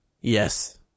Yes